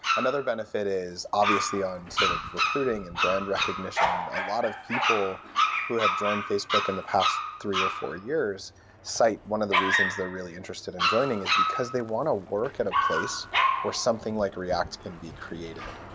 another befit is, obviously, on sort of recruiting and brand recognition, a lot of people who have joined facebook in the past three or four years cite one of the reasons they're really interested in joining is because they want to work at a place where something like react can be created.